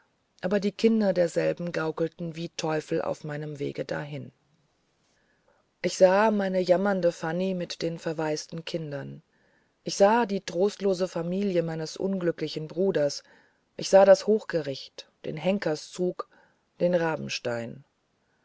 aber die kinder derselben gaukelten wie teufel auf meinem wege hin ich sah meine jammernde fanny mit den verwaiseten kindern ich sah die trostlose familie meines unglücklichen bruders ich sah das hochgericht den henkerszug den rabenstein